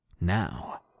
Now